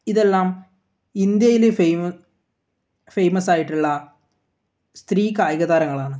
ഇതെല്ലം ഇന്ത്യയിൽ ഫേമ ഫേമസ്സായിട്ടുള്ള സ്ത്രീ കായിക താരങ്ങളാണ്